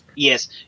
Yes